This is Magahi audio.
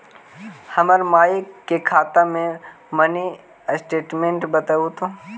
हमर माई के खाता के मीनी स्टेटमेंट बतहु तो?